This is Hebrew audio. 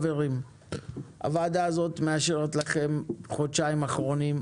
הוועדה הזאת מאשרת לכם חודשיים אחרונים.